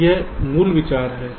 यह मूल विचार है